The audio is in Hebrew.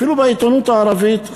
אפילו בעיתונות הערבית,